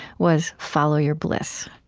was follow your bliss.